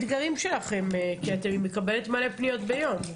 האתגרים שלכם, כי את מקבלת מלא פניות ביום.